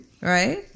right